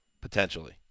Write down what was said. potentially